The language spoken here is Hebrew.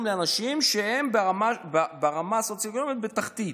לאנשים שהם ברמה הסוציו-אקונומית התחתית.